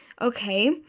okay